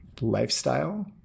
Lifestyle